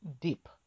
deep